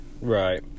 right